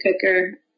cooker